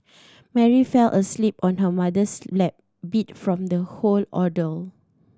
Mary fell asleep on her mother's lap beat from the whole ordeal